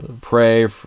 pray